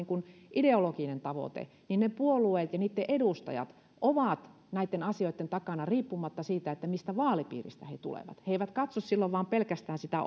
ideologinen tavoite ja niiden edustajat ovat näitten asioitten takana riippumatta siitä mistä vaalipiiristä he tulevat he eivät katso silloin vain pelkästään sitä